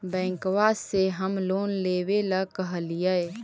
बैंकवा से हम लोन लेवेल कहलिऐ?